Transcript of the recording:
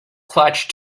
clutch